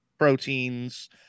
proteins